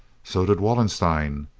so did wallenstein.